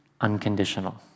unconditional